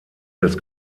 des